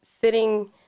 sitting